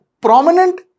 prominent